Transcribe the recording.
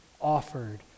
offered